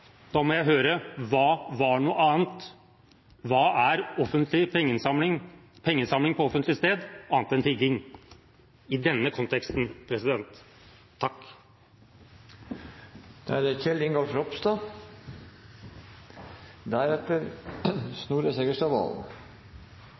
Da må jeg høre: Hva var noe annet? Hva er pengeinnsamling på offentlig sted annet enn tigging – i denne konteksten? Jeg hadde selv ordet i debatten det